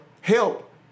help